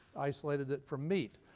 isolated it from meat.